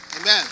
Amen